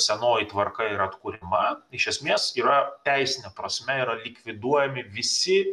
senoji tvarka yra atkuriama iš esmės yra teisine prasme yra likviduojami visi